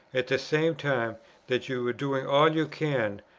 at the same time that you are doing all you can,